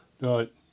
Right